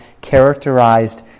characterized